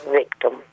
victim